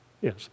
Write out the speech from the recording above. yes